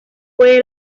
puede